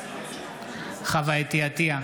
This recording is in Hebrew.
בעד חוה אתי עטייה,